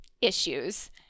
issues